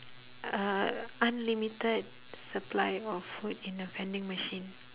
uh unlimited supply of food in a vending machine